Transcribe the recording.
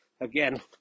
again